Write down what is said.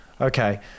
okay